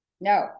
No